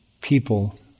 people